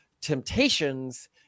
temptations